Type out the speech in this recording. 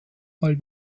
mal